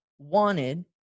Wanted